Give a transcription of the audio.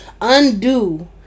undo